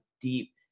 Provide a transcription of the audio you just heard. deep